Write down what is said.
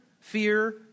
fear